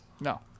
No